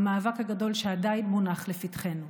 המאבק הגדול שעדיין מונח לפתחנו,